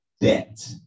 debt